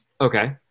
Okay